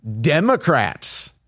Democrats